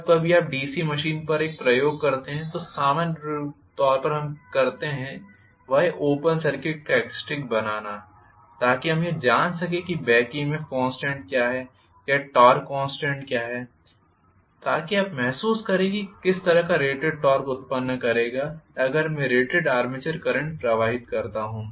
जब कभी आप डीसी मशीन पर एक प्रयोग करते हैं जो सामान्य तौर पर हम करते हैं वह है ओपन सर्किट कॅरेक्टरिस्टिक्स बनाना ताकि हम यह जान सकें कि बॅक ईएमएफ कॉन्स्टेंट क्या है या टॉर्क कॉन्स्टेंट क्या है ताकि आप महसूस करें कि यह किस तरह का रेटेड टॉर्क उत्पन्न करेगा अगर मैं रेटेड आर्मेचर करंट प्रवाहित करता हूँ